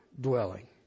dwelling